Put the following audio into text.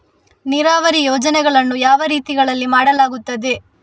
ನೀರಾವರಿ ಯೋಜನೆಗಳನ್ನು ಯಾವ ರೀತಿಗಳಲ್ಲಿ ಮಾಡಲಾಗುತ್ತದೆ?